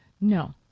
No